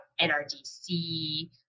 NRDC